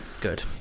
Good